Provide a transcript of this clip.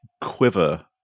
quiver